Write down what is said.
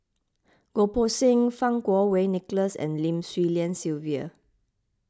Goh Poh Seng Fang Kuo Wei Nicholas and Lim Swee Lian Sylvia